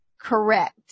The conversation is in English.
correct